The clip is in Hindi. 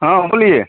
हाँ बोलिए